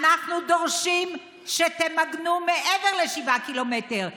אנחנו דורשים שתמגנו מעבר ל-7 קילומטר,